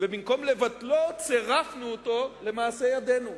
ובמקום לבטלו צירפנו אותו למעשה ידינו.